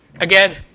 Again